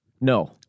No